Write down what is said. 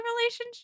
relationship